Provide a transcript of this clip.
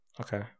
Okay